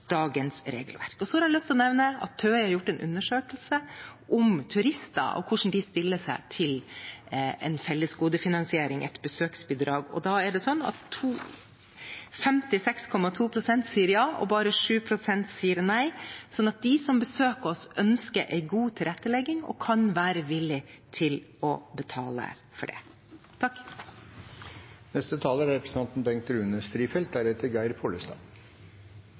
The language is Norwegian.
dagens regelverk. Så har jeg lyst til å nevne at TØI har hatt en undersøkelse om turister og hvordan de stiller seg til en fellesgodefinansiering, et besøksbidrag. Der er det slik at 56,2 pst. sier ja, og bare 7 pst. sier nei, slik at de som besøker oss, ønsker en god tilrettelegging og kan være villige til å betale for det.